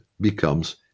becomes